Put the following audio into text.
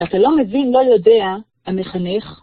אתה לא מבין, לא יודע, המחנך?